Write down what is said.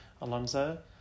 alonso